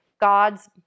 God's